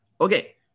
Okay